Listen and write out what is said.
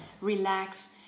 relax